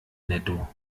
netto